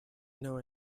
know